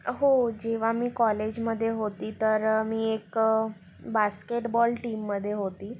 हो जेव्हा मी कॉलेजमध्ये होती तर मी एक बास्केटबॉल टीममध्ये होती